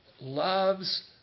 loves